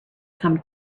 some